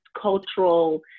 cultural